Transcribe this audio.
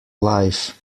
life